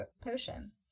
potion